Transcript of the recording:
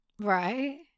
right